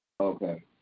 Okay